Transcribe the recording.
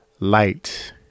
light